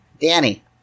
Danny